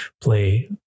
play